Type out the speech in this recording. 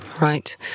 Right